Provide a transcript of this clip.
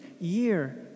year